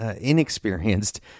inexperienced